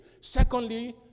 Secondly